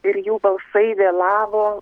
ir jų balsai vėlavo